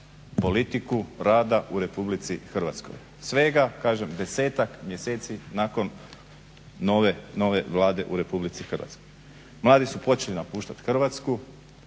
politiku rada u Republici Hrvatskoj. Svega kažem desetak mjeseci nakon nove Vlade u Republici Hrvatskoj. Mladi su počeli napuštati Hrvatsku